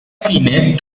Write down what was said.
fine